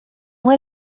what